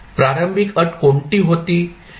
प्रारंभिक अट कोणती होती